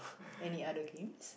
any other games